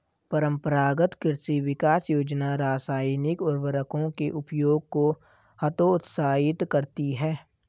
परम्परागत कृषि विकास योजना रासायनिक उर्वरकों के उपयोग को हतोत्साहित करती है